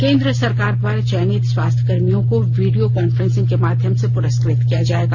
केंद्र सरकार द्वारा चयनित स्वास्थ्य कर्मियों को वीडियो कॉफ्रेंसिंग के माध्यम से पुरस्कृत किया जाएगा